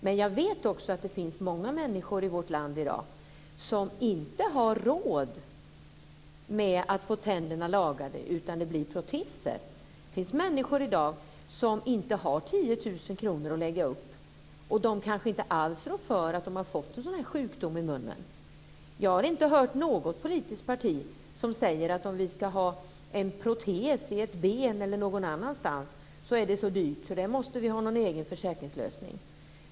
Men jag vet också att det finns många människor i vårt land som i dag inte har råd att få tänderna lagade, utan det blir proteser. Det finns människor som i dag inte har 10 000 kr att lägga upp, och de kanske inte alls rår för att de har fått en sjukdom i munnen. Jag har inte hört att något politiskt parti säger att om man ska ha en protes i ett ben eller någon annanstans så är det så dyrt att vi måste ha en egen försäkringslösning för det.